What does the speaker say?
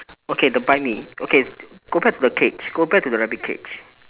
okay the buy me okay go back to the cage go back to the rabbit cage